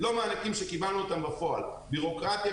לא מענקים שקיבלנו אותם בפועל בירוקרטיה,